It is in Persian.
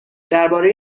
درباره